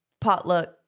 potluck